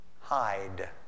hide